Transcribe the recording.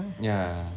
yeah